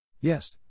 Yes